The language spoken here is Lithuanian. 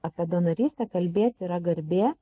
apie donorystę kalbėti yra garbė